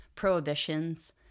Prohibitions